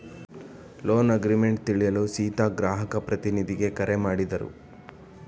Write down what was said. loan agreement ತಿಳಿಯಲು ಸೀತಾ ಗ್ರಾಹಕ ಪ್ರತಿನಿಧಿಗೆ ಕರೆ ಮಾಡಿದರು